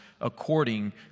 according